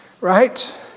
Right